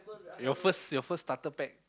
your first your first starter pack